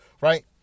right